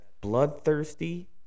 bloodthirsty